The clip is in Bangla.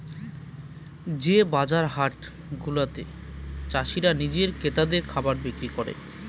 যে বাজার হাট গুলাতে চাষীরা নিজে ক্রেতাদের খাবার বিক্রি করে